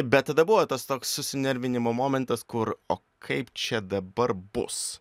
bet tada buvo tas toks susinervinimo momentas kur o kaip čia dabar bus